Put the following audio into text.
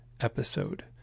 episode